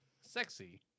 sexy